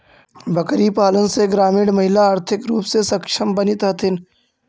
बकरीपालन से ग्रामीण महिला आर्थिक रूप से सक्षम बनित हथीन